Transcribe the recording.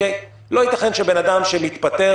לא ייתכן שבן אדם שמתפטר,